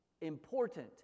important